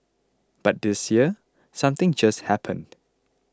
but this year something just happened